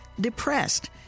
depressed